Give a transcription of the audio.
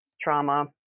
trauma